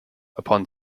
upon